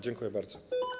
Dziękuję bardzo.